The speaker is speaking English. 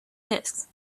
disks